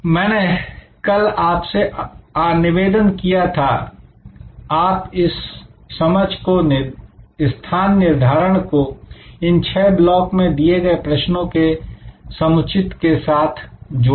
मैंने कल आपसे निवेदन किया था कि आप इस समझ को स्थान निर्धारण को इन छह ब्लॉक में दिए गए प्रश्नों के समुचित के साथ जोड़ें